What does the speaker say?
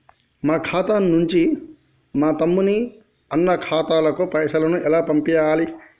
మా ఖాతా నుంచి మా తమ్ముని, అన్న ఖాతాకు పైసలను ఎలా పంపియ్యాలి?